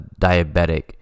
diabetic